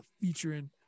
featuring